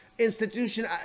institution